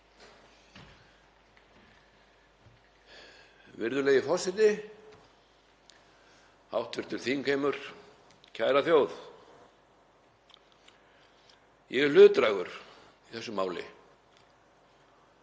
Virðulegi forseti. Hv. þingheimur, kæra þjóð. Ég er hlutdrægur í þessu máli.